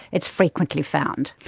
it's frequently found.